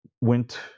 went